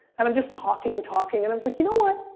and i'm just talking and talking, and i was like you know what,